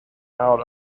out